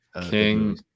King